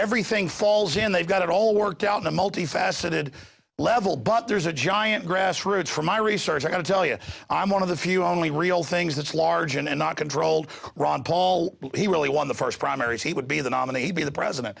everything falls in they've got it all worked out a multifaceted level but there's a giant grassroots for my research i got to tell you i'm one of the few only real things that large and not controlled ron paul he really won the first primaries he would be the nominee by the president